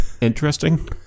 interesting